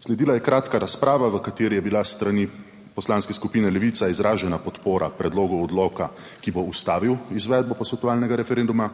Sledila je kratka razprava, v kateri je bila s strani Poslanske skupine Levica izražena podpora predlogu odloka, ki bo ustavil izvedbo posvetovalnega referenduma.